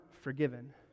forgiven